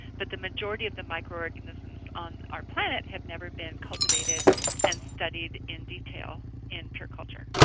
but the majority of the microorganisms on our planet have never been cultivated and studied in detail in pure culture.